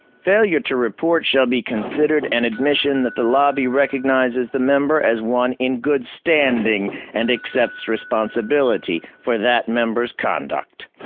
failure to report shall be considered an admission that the lobby recognizes the member as one in good standing and accepts responsibility for that member's conduct.